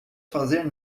fazer